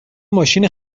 ماشین